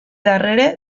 darrere